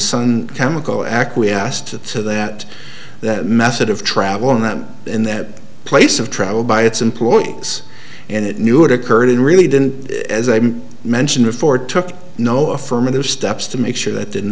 sun chemical acquiesced to that that method of travel in that in that place of travel by its employees and it knew what occurred and really didn't as i mentioned before took no affirmative steps to make sure that didn't